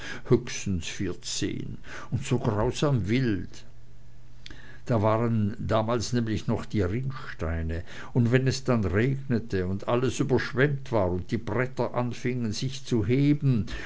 höchstens vierzehn und so grausam wild damals waren nämlich noch die rinnsteine und wenn es dann regnete und alles überschwemmt war und die bretter anfingen sich zu heben